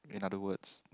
in other words